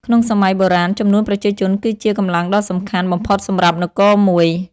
ក្នុងសម័យបុរាណ ចំនួនប្រជាជនគឺជា កម្លាំងដ៏សំខាន់ បំផុតសម្រាប់នគរមួយ។